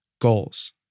goals